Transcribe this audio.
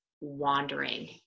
wandering